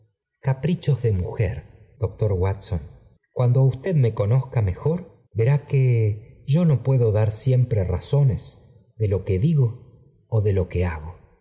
caprichos de mujer doctor watson cuando usted me conozca mejor verá que yo no puedo dar siempre razones de lo que digo ó de lo que hago